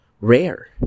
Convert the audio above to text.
rare